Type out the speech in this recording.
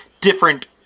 different